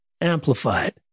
amplified